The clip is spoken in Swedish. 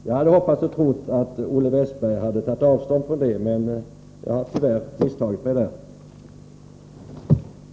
Jag hade hoppats att Olle Westberg skulle ta avstånd från det, men jag har tyvärr misstagit mig på den punkten.